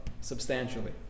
substantially